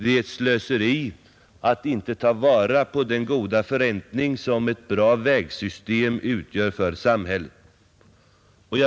Det är ett slöseri att inte ta vara på den goda förräntning som ett bra vägsystem ger samhället.